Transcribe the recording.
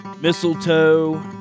mistletoe